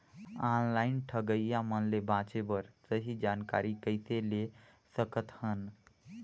Online ठगईया मन ले बांचें बर सही जानकारी कइसे ले सकत हन?